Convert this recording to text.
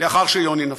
לאחר שיוני נפל.